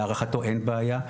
להערכתו אין בעיה,